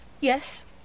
Yes